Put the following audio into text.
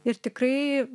ir tikrai